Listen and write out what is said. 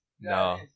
No